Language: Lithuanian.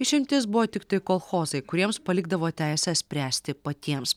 išimtys buvo tiktai kolchozai kuriems palikdavo teisę spręsti patiems